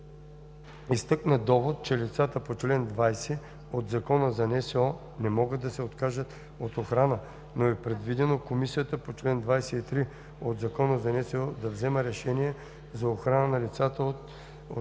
Изтъкна довод, че лицата по чл. 20 от Закона за НСО не могат да се откажат от охрана, но е предвидено Комисията по чл. 23 от Закона за НСО да взема решение за охрана на лицата от МВР.